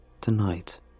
tonight